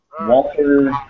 Walter